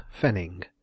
FENNING